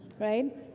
right